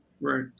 right